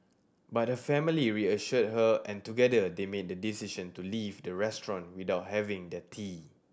but her family reassured her and together they made the decision to leave the restaurant without having their tea